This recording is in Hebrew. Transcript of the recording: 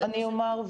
אני אומר.